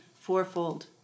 fourfold